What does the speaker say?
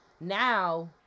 Now